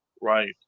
Right